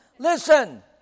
Listen